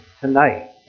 tonight